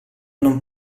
non